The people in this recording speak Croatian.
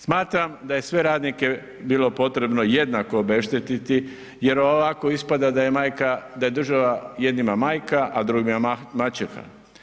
Smatram da je sve radnike bilo potrebno jednako obeštetiti, jer ovako ispada da je majka, da je država jednima majka, a drugima maćeha.